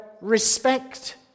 respect